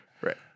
Right